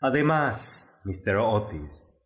ademas mtster dtis olvida usted que